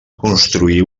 construir